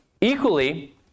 Equally